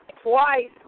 twice